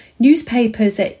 Newspapers